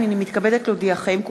הנני מתכבדת להודיעכם,